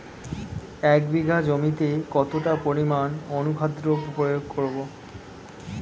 এক বিঘা জমিতে কতটা পরিমাণ অনুখাদ্য প্রয়োগ করব?